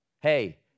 Hey